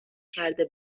کرده